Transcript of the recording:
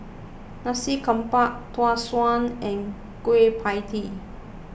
Nasi Campur Tau Suan and Kueh Pie Tee